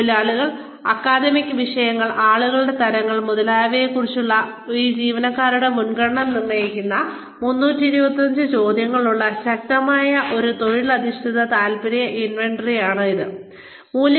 തൊഴിലുകൾ അക്കാദമിക് വിഷയങ്ങൾ ആളുകളുടെ തരങ്ങൾ മുതലായവയെക്കുറിച്ചുള്ള ഈ ജീവനക്കാരുടെ മുൻഗണന നിർണ്ണയിക്കുന്ന 325 ചോദ്യങ്ങളുള്ള ശക്തമായ ഒരു തൊഴിലധിഷ്ഠിത താൽപ്പര്യ ഇൻവെന്ററി ഇതിന് ഉണ്ട്